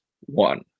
one